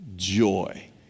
Joy